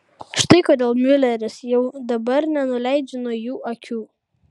štai kodėl miuleris jau dabar nenuleidžia nuo jų akių